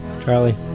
Charlie